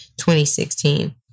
2016